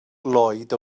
lloyd